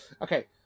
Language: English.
Okay